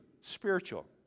spiritual